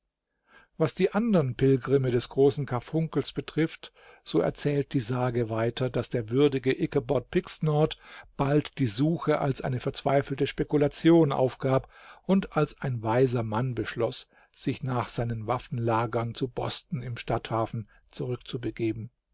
was die andern pilgrimme des großen karfunkels betrifft so erzählt die sage weiter daß der würdige ichabord pigsnort bald die suche als eine verzweifelte spekulation aufgab und als ein weiser mann beschloß sich nach seinen waffenlagern zu boston am stadthafen zurück